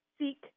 seek